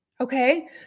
okay